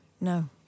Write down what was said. No